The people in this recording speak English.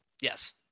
Yes